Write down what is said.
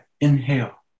inhale